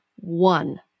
one